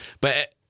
But-